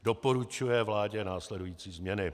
Doporučuje vládě následující změny: